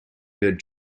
good